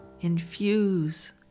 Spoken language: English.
infuse